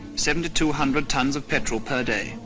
seventy-two hundred tons of petrol per day.